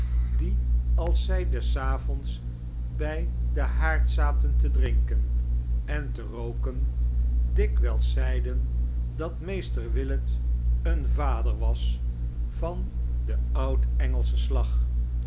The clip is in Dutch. die als zij des avonds bij den haard zaten te drinken en te rooken dikwijls zeiden dat meester willet een vader was van den oud engelschen slag